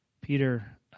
Peter